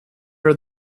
her